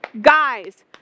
guys